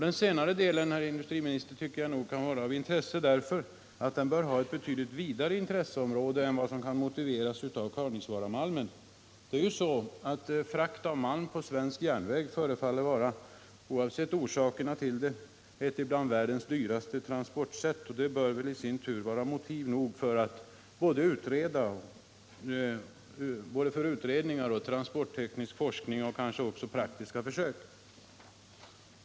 Den senare delen av nämndens uttalande tycker jag nog, herr industriminister, kan vara av intresse, eftersom den frågan bör ha ett betydligt vidare intresseområde än som kan motiveras av Kaunisvaaramalmen. Oavsett orsakerna till det förefaller frakt av malm på svensk järnväg att vara ett bland världens dyraste transportsätt, och det förhållandet bör vara motiv nog för både utredningar och transportteknisk forskning och kanske också för praktiska försök.